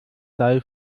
sei